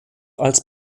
als